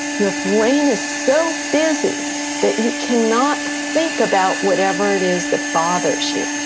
your brain is so busy that you cannot think about whatever it is the bothers you.